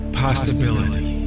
possibility